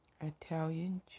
Italian